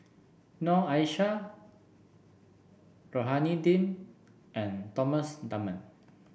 Noor Aishah Rohani Din and Thomas Dunman